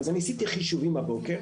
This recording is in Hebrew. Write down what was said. עשיתי חישובים הבוקר.